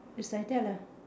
is like that leh